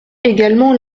également